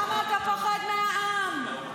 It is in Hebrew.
תקימו ועדה ל-7 באוקטובר.